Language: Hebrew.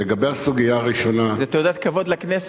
לגבי הסוגיה הראשונה, זאת תעודת כבוד לכנסת.